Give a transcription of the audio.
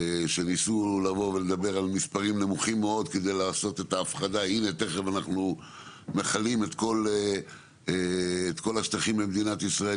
כשניסו לעשות את ההפחדה הנה תכף אנחנו מכלים את כל השטחים במדינת ישראל,